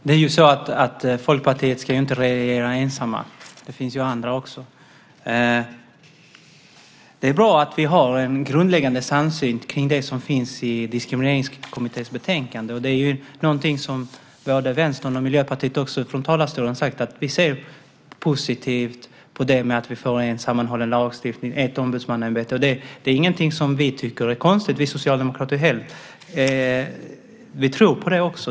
Fru talman! Folkpartiet ska ju inte regera ensamma. Det finns andra också. Det är bra att vi har en grundläggande samsyn kring det som finns i Diskrimineringskommitténs betänkande. Både Vänstern och Miljöpartiet har från talarstolen sagt att de ser positivt på att vi får en sammanhållen lagstiftning och ett ombudsmannaämbete. Det är ingenting som vi socialdemokrater tycker är konstigt heller. Vi tror också på det.